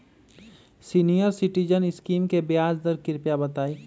senior citizen scheme के ब्याज दर कृपया बताईं